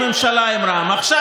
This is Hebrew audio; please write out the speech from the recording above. ישבתם עם רע"מ, ניהלתם איתם משא ומתן.